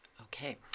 Okay